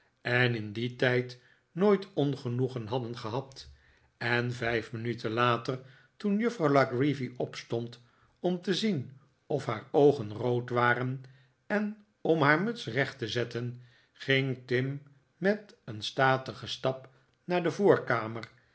en in dien tijd nooit ongenoegen hadden gehad en vijf minuten later toen juffrouw la creevy opstond om te zien of haar oogen rood waren en om haar muts recht te zetten ging tim met een statigen stap naar de voorkamer